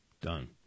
done